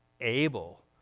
able